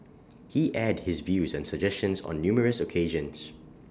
he aired his views and suggestions on numerous occasions